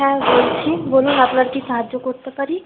হ্যাঁ বলছি বলুন আপনার কী সাহায্য করতে পারি